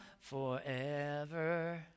forever